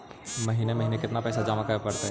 महिने महिने केतना पैसा जमा करे पड़तै?